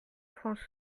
france